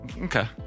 Okay